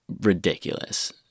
ridiculous